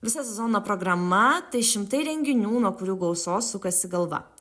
visą sezoną programa tai šimtai renginių nuo kurių gausos sukasi galva